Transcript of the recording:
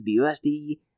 BUSD